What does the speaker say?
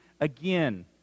again